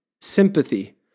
sympathy